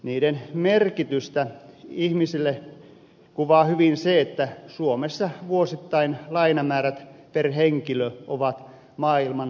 niiden merkitystä ihmisille kuvaa hyvin se että suomessa vuosittain lainamäärät per henkilö ovat maailman huipputasoa